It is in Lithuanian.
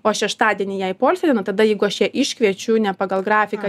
o šeštadienį jai poilsio diena tada jeigu aš ją iškviečiu ne pagal grafiką